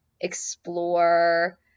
explore